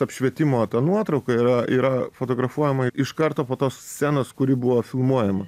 apšvietimo ta nuotrauka yra yra fotografuojama iš karto po tos scenos kuri buvo filmuojama